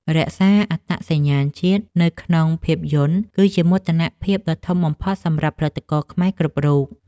រក្សានូវអត្តសញ្ញាណជាតិនៅក្នុងភាពយន្តគឺជាមោទនភាពដ៏ធំបំផុតសម្រាប់ផលិតករខ្មែរគ្រប់រូប។